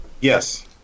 yes